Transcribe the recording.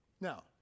Now